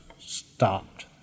stopped